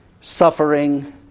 suffering